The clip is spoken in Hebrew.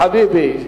חשבתי לרגע,